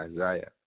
Isaiah